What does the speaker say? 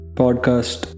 podcast